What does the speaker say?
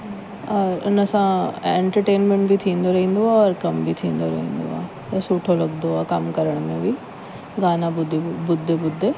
और हिन सां एंटरटेंटमेंट बि थींदो रहंदो आहे और कमु बि थींदो रहंदो आहे त सुठो लॻंदो आहे कमु करण में बि गाना ॿुध ॿुधंदे ॿुधंदे